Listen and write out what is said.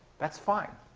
that's fine.